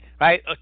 right